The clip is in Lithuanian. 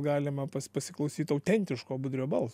galima pas pasiklausyt autentiško budrio balso